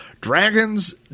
dragons